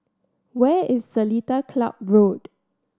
where is Seletar Club Road